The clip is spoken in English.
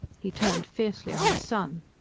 he turned fiercely on his son.